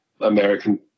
American